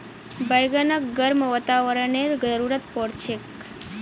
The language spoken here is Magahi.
बैगनक गर्म वातावरनेर जरुरत पोर छेक